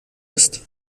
ist